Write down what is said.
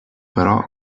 però